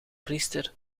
priester